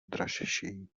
dražší